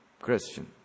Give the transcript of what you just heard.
Christian